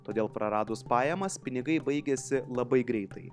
todėl praradus pajamas pinigai baigiasi labai greitai